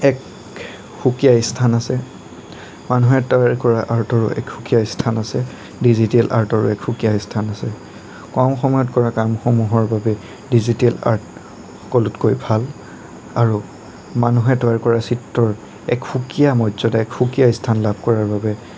এক সুকীয়া স্থান আছে মানুহে তৈয়াৰ কৰা আৰ্টৰ এক সুকীয়া স্থান আছে ডিজিটেল আৰ্টৰো এক সুকীয়া স্থান আছে কম সময়ত কৰা কামসমূহৰ বাবে ডিজিটেল আৰ্ট সকলোতকৈ ভাল আৰু মানুহে তৈয়াৰ কৰা চিত্ৰৰ এক সুকীয়া মৰ্যাদা সুকীয়া স্থান লাভ কৰাৰ বাবে